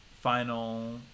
Final